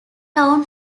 town